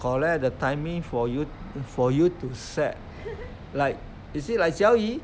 correct the timing for you for you to set like you see like 小姨